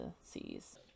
seas